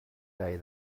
day